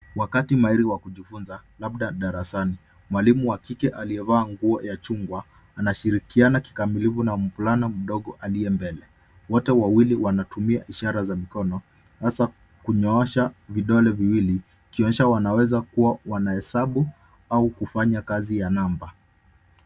Wakati mahiri wa kujifunza, labda darasani. Mwalimu wa kike aliyevaa nguo ya chungwa, anashirikiana kikamilifu na mvulana mdogo aliye mbele. Wote wawili wanatumia ishara za mikono hasaa kunyoosha vidole viwili ikionyesha wanaweza kuwa wanahesabu au kufanya kazi ya namba.